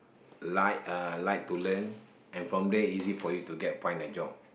like uh like to learn and from there easy for you to go and find a job